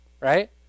right